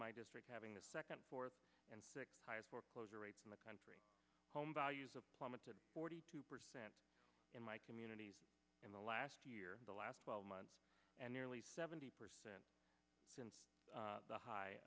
my district having the second fourth and highest foreclosure rates in the country home values of plummeted forty two percent in my community in the last year the last twelve months and nearly seventy percent since the high